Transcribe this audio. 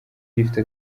rifite